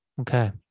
Okay